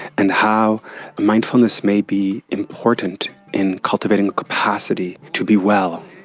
and how mindfulness may be important in cultivating a capacity to be well.